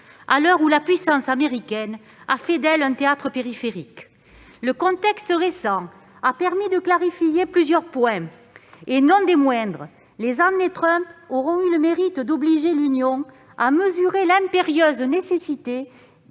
à l'heure où la puissance américaine a fait d'elle un théâtre périphérique. Le contexte récent a permis de clarifier plusieurs points, et non des moindres. Les années Trump auront eu le mérite d'obliger l'Union européenne à mesurer l'impérieuse nécessité